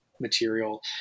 material